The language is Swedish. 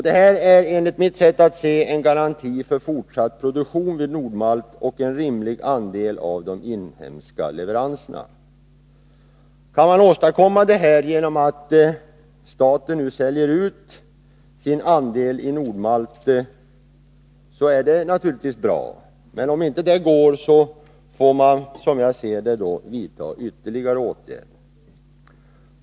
Detta är, enligt mitt sätt att se på saken, en garanti för fortsatt produktion vid Nord-Malt och för en rimlig andel för Nord-Malt av de inhemska leveranserna. Kan detta åstadkommas genom att staten säljer ut sin aktieandel i Nord-Malt är det naturligtvis bra. Men om inte det går får man, som jag ser det, vidta ytterligare åtgärder.